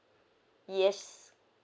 yes